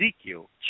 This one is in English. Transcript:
Ezekiel